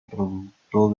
producto